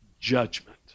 judgment